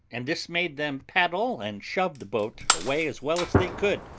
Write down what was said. and this made them paddle and shove the boat away as well as they could,